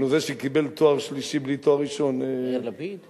זה שקיבל תואר שלישי בלי תואר ראשון, יאיר לפיד?